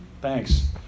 Thanks